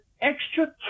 extra